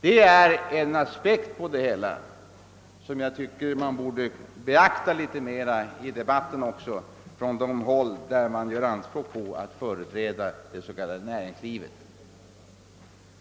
Det är en aspekt på det hela som jag tycker att man borde beakta litet mera i debatten från de håll där man gör anspråk på att företräda det s.k. näringslivet.